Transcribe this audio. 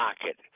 pocket